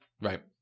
Right